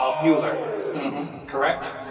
um mueller correct?